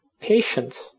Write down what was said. patient